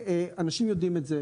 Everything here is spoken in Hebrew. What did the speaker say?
אנשים יודעים את זה.